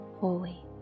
holy